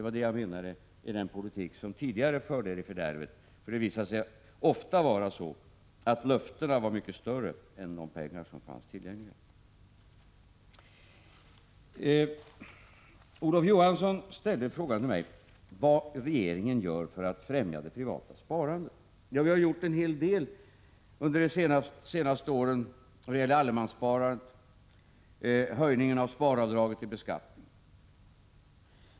Jag menade att det var den politiken som tidigare förde er in i fördärvet, eftersom det ofta visade sig att löftena var mycket större än de pengar som fanns tillgängliga. Olof Johansson frågade mig vad regeringen gör för att främja det privata sparandet. Vi har gjort en hel del under de senaste åren: allemanssparandet och höjningen av sparavdraget vid beskattningen.